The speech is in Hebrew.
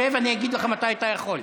שב, אני אגיד לך מתי אתה יכול.